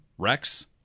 Rex